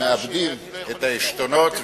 מאבדים את העשתונות,